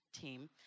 team